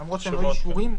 למרות שהם לא אישורים,